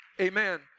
Amen